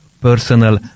personal